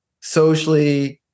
socially